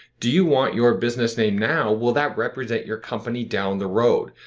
do you want your business name now, will that represent your company down the road?